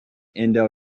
indo